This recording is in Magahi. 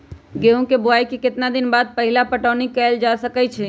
गेंहू के बोआई के केतना दिन बाद पहिला पटौनी कैल जा सकैछि?